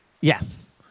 Yes